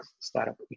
startup